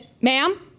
Ma'am